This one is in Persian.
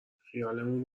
خیالمون